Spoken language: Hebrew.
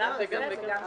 בשלב הזה זה גם וגם.